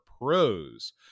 pros